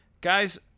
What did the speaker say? guys